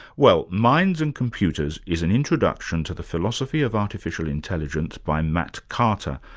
well, minds and computers is an introduction to the philosophy of artificial intelligence by matt carter,